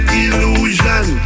illusion